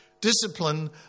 discipline